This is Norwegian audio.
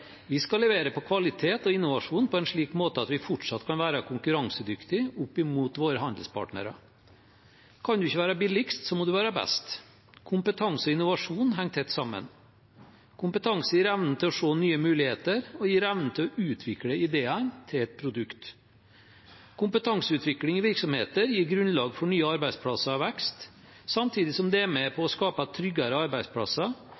Vi skal levere på kvalitet og innovasjon på en slik måte at vi fortsatt kan være konkurransedyktige opp mot våre handelspartnere. Kan du ikke være billigst, må du være best. Kompetanse og innovasjon henger tett sammen. Kompetanse gir evnen til å se nye muligheter og gir evnen til å utvikle ideer til et produkt. Kompetanseutvikling i virksomheter gir grunnlag for nye arbeidsplasser og vekst, samtidig som det er med